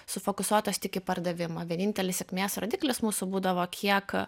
sufokusuotos tik į pardavimą vienintelis sėkmės rodiklis mūsų būdavo kiek